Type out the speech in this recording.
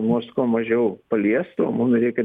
mus kuo mažiau paliestų mum reikia